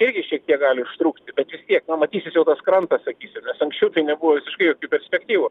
irgi šiek tiek gali užtrukti bet vis tiek na matysis jau tas krantas sakysim nes anksčiau tai nebuvo visiškai perspektyvų